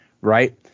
right